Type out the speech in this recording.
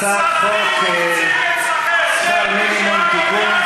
הצעת חוק שכר מינימום (תיקון,